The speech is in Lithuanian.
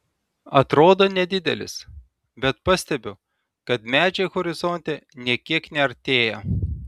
atrodo nedidelis bet pastebiu kad medžiai horizonte nė kiek neartėja